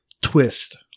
twist